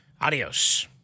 Adios